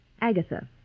Agatha